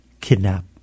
kidnap